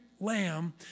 lamb